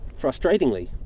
Frustratingly